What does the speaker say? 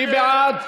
מי נגד?